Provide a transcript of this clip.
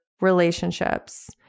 relationships